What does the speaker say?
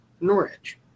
Norwich